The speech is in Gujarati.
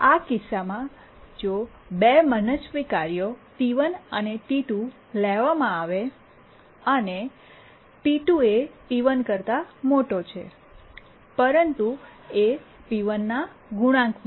આ કિસ્સામાંજો 2 મનસ્વી કાર્યો T1 ટીવન અને T2 ટીટુ લેવામાં આવે અને p2 પીટુ એ P1 પીવન કરતા મોટો છે પરંતુ એ p1 પીવન ના ગુણાંકમાં છે